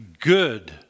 Good